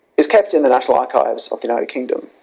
is kept in the national archives of the united kingdom.